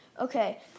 Okay